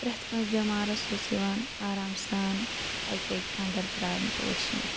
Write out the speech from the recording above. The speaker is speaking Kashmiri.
پرٮ۪تھ کٲنٛسہِ بیٚمارَس اوس یِوان آرام سان اَکہِ اَکہِ اندر تراونہ تہٕ وٕچھنہٕ